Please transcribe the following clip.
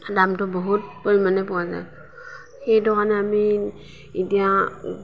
দামটো বহুত পৰিমানে পৰেগৈ সেইধৰণে আমি এতিয়া